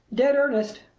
dead earnest!